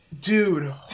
Dude